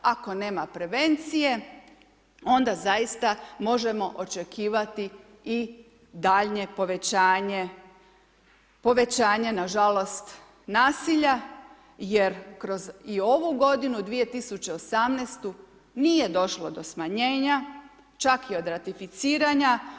Ako nema prevencije onda zaista možemo očekivati i daljnje povećanje, povećanje nažalost nasilja jer kroz i ovu godinu i 2018. nije došlo do smanjenja, čak i od ratificiranja.